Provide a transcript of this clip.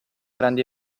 grandi